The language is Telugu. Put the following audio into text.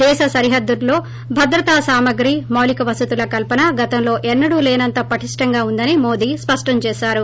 దేశ సరిహద్దుల్లో భద్రతా సామగ్రి మాలిక వసతుల కల్పన గతంలో ఎన్నడూ లేనంత పటిష్టంగా ఉందని మోదీ స్పష్టం చేశారు